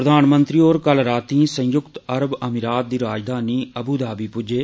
प्रधानमंत्री होर कल संयुक्त अरब अमीरात दी राजधानी अब् धाबी ज्जे